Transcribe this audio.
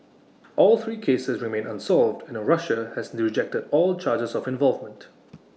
all three cases remain unsolved and Russia has rejected all charges of involvement